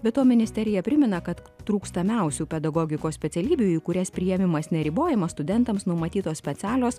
be to ministerija primena kad trūkstamiausių pedagogikos specialybių į kurias priėmimas neribojamas studentams numatytos specialios